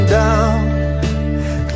down